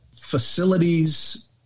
facilities